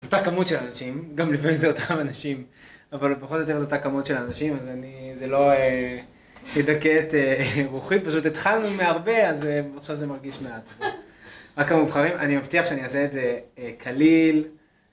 זו אותה כמות של אנשים, גם לפעמים זה אותם אנשים, אבל פחות או יותר זו אותה כמות של אנשים, אז אני, זה לא ידכא את רוחי, פשוט התחלנו מהרבה, אז עכשיו זה מרגיש מעט, רק המובחרים, אני מבטיח שאני אעשה את זה קליל.